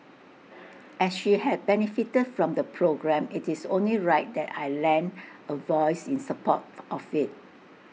as she had benefited from the programme IT is only right that I lend A voice in support of IT